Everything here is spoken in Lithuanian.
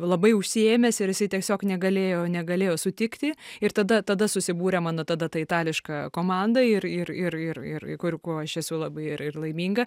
labai užsiėmęs ir jisai tiesiog negalėjo negalėjo sutikti ir tada tada susibūrė mano tada ta itališka komanda ir ir ir ir ir kur kuo aš esu labai ir laiminga